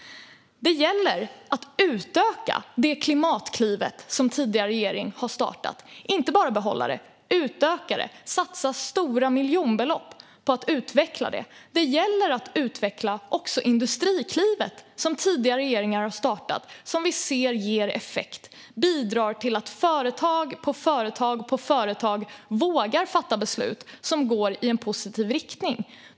Det gäller att utöka Klimatklivet, som tidigare regering har startat - inte bara att behålla det, utan att utöka det och satsa stora miljonbelopp på att utveckla det. Det gäller att utveckla också Industriklivet, som tidigare regering har startat och som vi ser ger effekt. Det bidrar till att företag efter företag vågar fatta beslut som går i en positiv riktning.